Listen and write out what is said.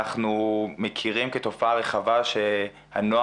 אנחנו מכירים כתופעה רחבה שהנוער